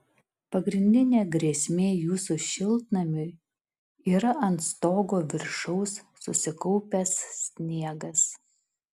pagrindinė grėsmė jūsų šiltnamiui yra ant stogo viršaus susikaupęs sniegas